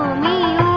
me